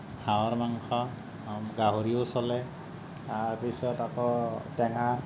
হাঁহৰ মাংস গাহৰিও চলে তাৰপিছত আকৌ টেঙা